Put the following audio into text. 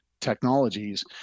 technologies